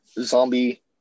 zombie